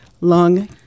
lung